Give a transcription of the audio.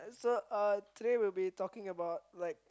so uh today we'll be talking about like